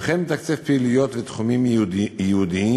וכן מתקצב פעילויות ותחומים ייעודיים,